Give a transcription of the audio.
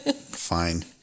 Fine